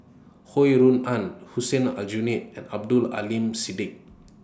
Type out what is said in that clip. Ho Rui An Hussein Aljunied and Abdul Aleem Siddique